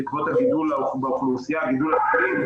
הגיע הזמן.